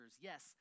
yes